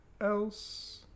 else